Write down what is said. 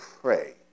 pray